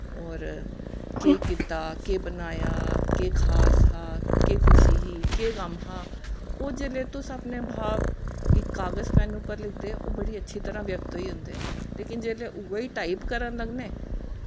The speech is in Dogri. होर केह् कीता केह् बनाया केह् खास हा केह् खुशी ही केह् गम हा ओह् जिसलै तुस अपने भाव गी तुस कागज पैन्न पर लिखदे ओह् बड़ी अच्छी तरह व्यक्त होई जंदे लेकिन जिसलै उऐ टाईप करन लगने